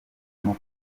ngo